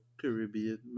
Caribbean